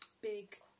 big